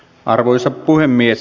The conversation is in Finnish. arvoisa puhemies